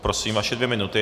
Prosím, vaše dvě minuty.